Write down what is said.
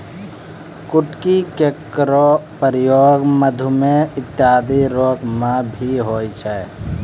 कुटकी केरो प्रयोग मधुमेह इत्यादि रोग म भी होय छै